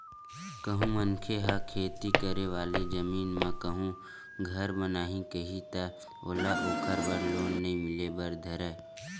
कहूँ मनखे ह खेती करे वाले जमीन म कहूँ घर बनाहूँ कइही ता ओला ओखर बर लोन नइ मिले बर धरय